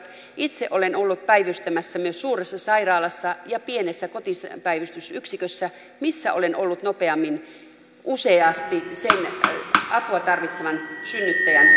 itse olen ollut päivystämässä suuressa sairaalassa ja pienessä kotipäivystysyksikössä missä olen ollut useasti nopeammin sen apua tarvitsevan synnyttäjän luona